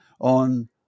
on